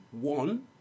one